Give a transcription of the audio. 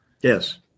Yes